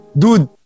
dude